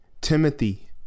Timothy